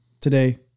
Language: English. today